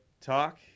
talk